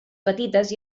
petites